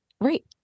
right